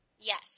Yes